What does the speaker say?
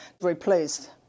replaced